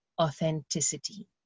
authenticity